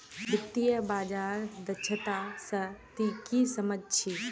वित्तीय बाजार दक्षता स ती की सम झ छि